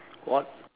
what